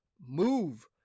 move